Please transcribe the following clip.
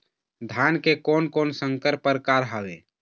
धान के कोन कोन संकर परकार हावे?